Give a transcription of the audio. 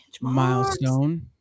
milestone